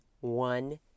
one